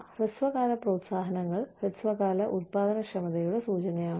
ഹ്രസ്വകാല പ്രോത്സാഹനങ്ങൾ ഹ്രസ്വകാല ഉൽപ്പാദനക്ഷമതയുടെ സൂചനയാണ്